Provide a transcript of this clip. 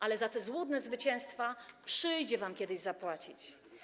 Ale za te złudne zwycięstwa przyjdzie wam kiedyś zapłacić.